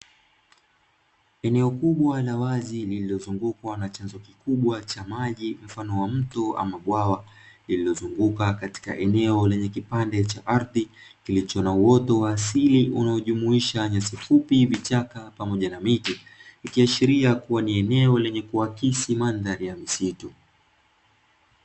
Eneo kubwa la wazi, lililozungukwa na chanzo kikubwa cha maji mfano wa mto ama bwawa, lililozunguka katika eneo lenye kipande cha ardhi kilicho na uoto wa asili unaojumuisha nyasi fupi, vichaka pamoja na miti, ikiashiria kuwa ni eneo lenye kuakisi mandhari ya misitu.